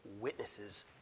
witnesses